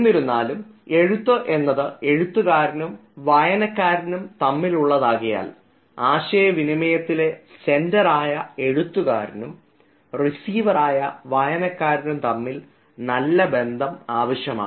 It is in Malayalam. എന്നിരുന്നാലും എഴുത്ത് എന്നത് എഴുത്തുകാരനും വായനക്കാരനും തമ്മിലുള്ളതാകയാൽ ആശയവിനിമയത്തിലെ സെൻഡർ ആയ എഴുത്തുകാരനും റിസീവർ ആയ വായനക്കാരനും തമ്മിൽ നല്ല ബന്ധം ആവശ്യമാണ്